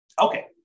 Okay